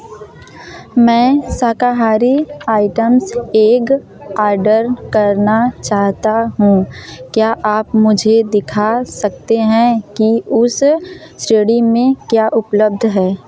मैं शाकाहारी items egg order करना चाहता हूँ क्या आप मुझे दिखा सकते हैं कि उस श्रेणी में क्या उपलब्ध है